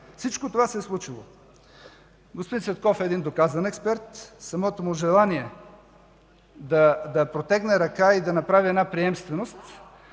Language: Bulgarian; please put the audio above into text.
Всичко това се е случило. Господин Цветков е един доказан експерт. Самото му желание да протегне ръка и да направи приемственост